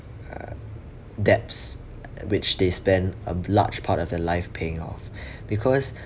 uh debts which they spend a large part of their life paying off because